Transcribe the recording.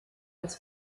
als